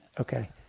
okay